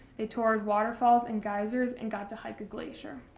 they toured water falls and geysers and got to hike a glacier.